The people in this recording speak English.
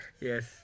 yes